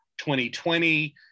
2020